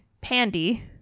pandy